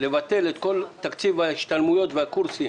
לבטל את כל תקציב ההשתלמויות והקורסים